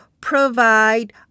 provide